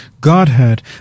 Godhead